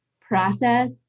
process